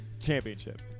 championship